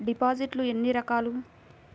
డిపాజిట్లు ఎన్ని రకాలు?